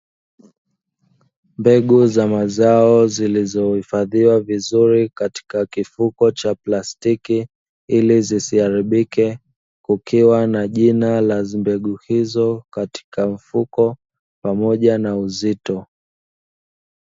mbegu za mazao zilizohifadhiwa vizuri katika kifuko cha plastiki ili zisiharibike kukiwa na jina la mbegu hizo katika mfuko pamoja na uzito